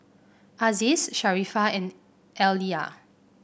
Aziz Sharifah and Alya